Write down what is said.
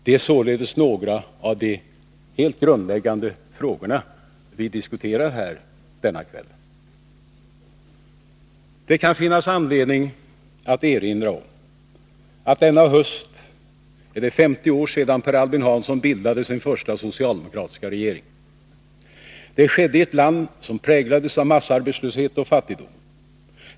Det är således några av de helt grundläggande frågorna vi diskuterar här denna kväll. Det kan finnas anledning att erinra om att det denna höst är 50 år sedan Per Albin Hansson bildade sin första socialdemokratiska regering. Det skedde i ett land som präglades av massarbetslöshet och fattigdom.